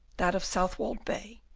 that of southwold bay,